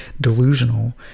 delusional